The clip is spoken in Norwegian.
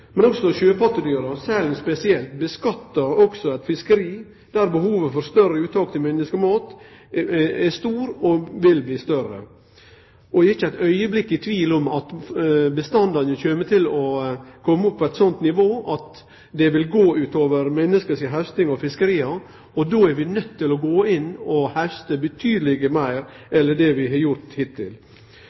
fiskeri der behovet for større uttak til menneskemat er stort og vil bli større. Eg er ikkje ein augneblink i tvil om at bestandane kjem til å kome opp på eit slikt nivå at det vil gå ut over menneske si hausting av fiskeria, og då er vi nøydde til å gå inn og hauste betydeleg meir enn det vi har gjort hittil.